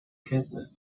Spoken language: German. kenntnis